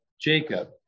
Jacob